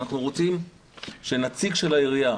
אנחנו רוצים שנציג של העירייה,